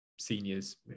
seniors